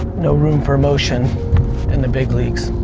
no room for emotion in the big leagues.